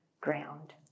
ground